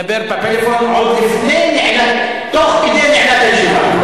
מדבר בטלפון עוד לפני, תוך כדי נעילת הישיבה.